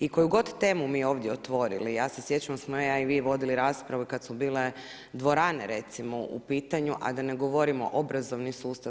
I koju god temu mi ovdje otvorili, ja se sjećam da smo ja i vi vodili rasprave kad su bile dvorane recimo u pitanju, a da ne govorimo obrazovni sustav.